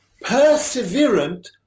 perseverant